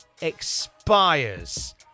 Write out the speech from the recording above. expires